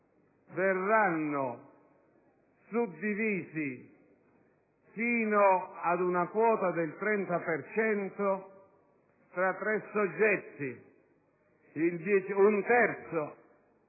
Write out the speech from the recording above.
verranno suddivisi fino ad una quota del 30 per cento fra tre soggetti: un terzo